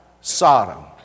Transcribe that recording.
Sodom